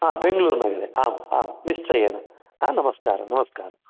बेङ्गलूर् नगरे आं आं निश्चयेन नमस्कारः नमस्कारः